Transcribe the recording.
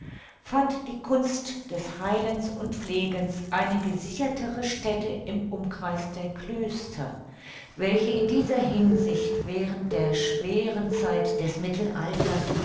fand die kunst des heilens und pflegens eine gesichertere stätte im umkreis der klöster welche in dieser hinsicht während der schweren zeit des mittelalters